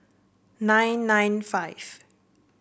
nine nine five